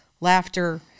laughter